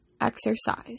exercise